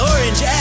Orange